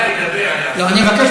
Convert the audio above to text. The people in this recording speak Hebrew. כשאני אעלה, אני אדבר, אני אחזור, סליחה.